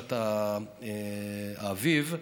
בחופשת האביב.